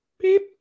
beep